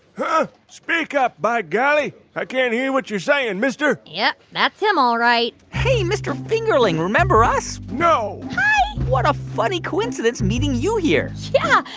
huh? speak up, by golly. i can't hear what you're saying, and mister yep. that's him, all right hey, mr. fingerling, remember us? no hi what a funny coincidence meeting you here yeah.